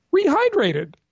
rehydrated